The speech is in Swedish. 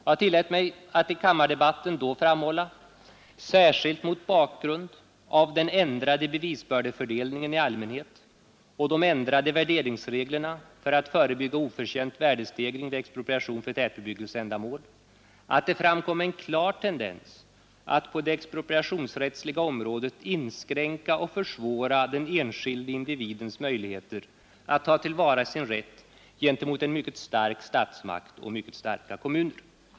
Jag tillät mig att i kammardebatten då framhålla — särskilt mot bakgrund av den ändrade bevisbördefördelningen i allmänhet och de ändrade värderingsreglerna för att förebygga oförtjänt värdestegring vid expropriation för tätbebyggelseändamål — att det framkom en klar tendens att på det expropriationsrättsliga området inskränka och försvåra den enskilde individens möjligheter att ta till vara sin rätt gentemot en mycket stark statsmakt och mycket starka kommuner.